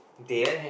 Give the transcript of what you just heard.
dead